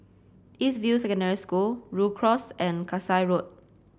East View Secondary School Rhu Cross and Kasai Road